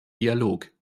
dialog